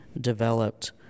developed